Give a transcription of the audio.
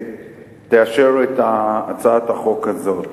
תאשר את הצעת החוק הזו.